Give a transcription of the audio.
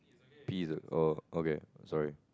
P is a oh okay sorry